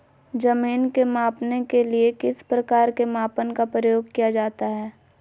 जमीन के मापने के लिए किस प्रकार के मापन का प्रयोग किया जाता है?